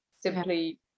simply